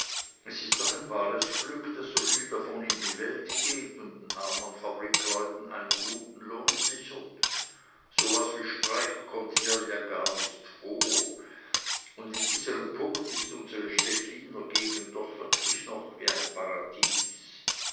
es ist doch ein wahres glück daß soviel davon in die welt geht und den armen fabrikleuten einen guten lohn sichert so was wie streik kommt hier ja gar nicht vor und in diesem punkt ist unsre stechliner gegend doch wirklich noch wie ein paradies